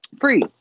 free